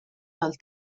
del